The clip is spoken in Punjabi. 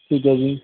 ਠੀਕ ਹੈ ਜੀ